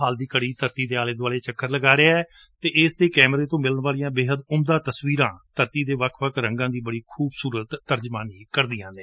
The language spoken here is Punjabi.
ਹਾਲ ਦੀ ਘੜੀ ਧਰਤੀ ਦੇ ਆਲੇ ਦੁਆਲੇ ਚੱਕਰ ਲਗਾ ਰਿਹੈ ਅਤੇ ਇਸ ਦੇ ਕੈਮਰੇ ਤੋਂ ਮਿਲਣ ਵਾਲੀਆਂ ਬੇਹਦ ਉਮਦਾ ਤਸਵੀਰਾਂ ਧਰਤੀ ਦੇ ਵੱਖ ਵੱਖ ਰੰਗਾਂ ਦੀ ਬੜੀ ਖੁਬਸੁਰਤੀ ਤਰਜਮਾਨੀ ਕਰਦੀਆਂ ਨੇ